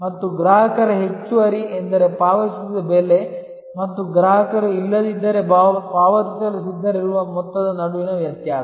ಮತ್ತು ಗ್ರಾಹಕರ ಹೆಚ್ಚುವರಿ ಎಂದರೆ ಪಾವತಿಸಿದ ಬೆಲೆ ಮತ್ತು ಗ್ರಾಹಕರು ಇಲ್ಲದಿದ್ದರೆ ಪಾವತಿಸಲು ಸಿದ್ಧರಿರುವ ಮೊತ್ತದ ನಡುವಿನ ವ್ಯತ್ಯಾಸ